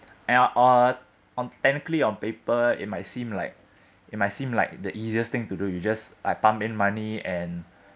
and uh on on technically on paper it might seem like it might seem like the easiest thing to do you just like pump in money and